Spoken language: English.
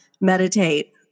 meditate